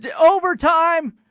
overtime